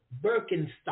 Birkenstock